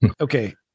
Okay